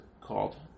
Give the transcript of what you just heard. called